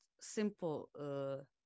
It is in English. simple